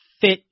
Fit